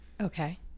Okay